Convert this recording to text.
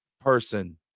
person